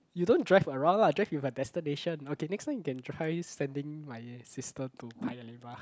you don't drive around lah drive with a destination okay next time you can try sending my sister to Paya-Lebar